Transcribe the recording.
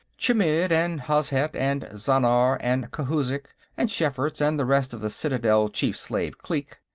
chmidd and hozhet and zhannar and khouzhik and schferts and the rest of the citadel chief-slave clique.